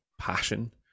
passion